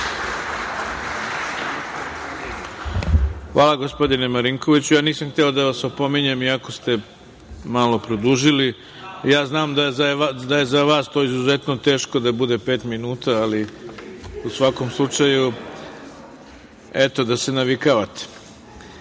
Hvala gospodine Marinkoviću. Nisam hteo da vas opominjem iako ste malo produžili. Znam da je za vas to izuzetno teško da bude pet minuta, ali u svakom slučaju eto da se navikavate. Pošto